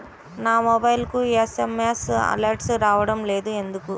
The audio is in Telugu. నా మొబైల్కు ఎస్.ఎం.ఎస్ అలర్ట్స్ రావడం లేదు ఎందుకు?